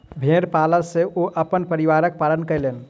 भेड़ पालन सॅ ओ अपन परिवारक पालन कयलैन